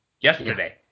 yesterday